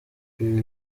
ibi